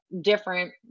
different